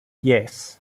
yes